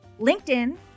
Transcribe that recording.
LinkedIn